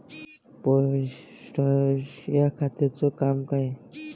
Potash या खताचं काम का हाय?